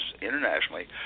internationally